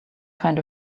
kind